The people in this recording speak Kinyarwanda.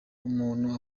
umuntu